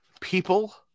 people